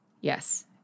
Yes